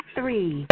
Three